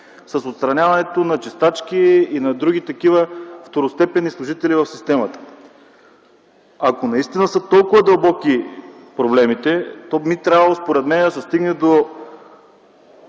с отстраняването на чистачки и други такива второстепенни служители в системата. Ако наистина са толкова дълбоки проблемите, то би трябвало според мен да се стигне до